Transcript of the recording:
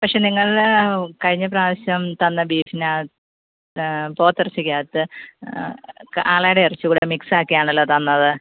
പക്ഷേ നിങ്ങൾ കഴിഞ്ഞ പ്രാവശ്യം തന്ന ബീഫിനാ പോത്തെർച്ചിക്കകത്ത് കാളേട ഇറച്ചി കൂടെ മിക്സാക്കി ആണല്ലോ തന്നത്